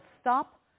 Stop